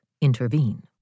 intervene